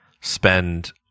spend